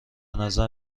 نظر